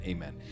Amen